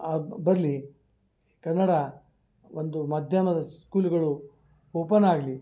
ಆ ಬರಲಿ ಕನ್ನಡ ಒಂದು ಮಾಧ್ಯಮದ ಸ್ಕೂಲ್ಗಳು ಓಪನ್ ಆಗಲಿ